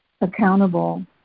accountable